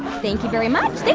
thank you very much. thanks.